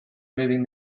moving